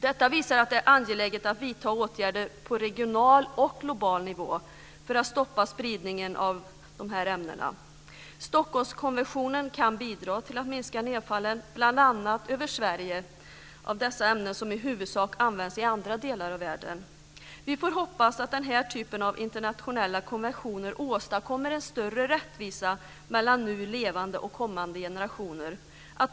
Detta visar att det är angeläget att vidta åtgärder på regional och global nivå för att stoppa spridningen av dessa ämnen. Stockholmskonventionen kan bidra till att minska nedfallet - bl.a. över Sverige - av dessa ämnen, som i huvudsak används i andra delar av världen. Vi får hoppas att denna typ av internationella konventioner åstadkommer en större rättvisa mellan nu levande och kommande generationer.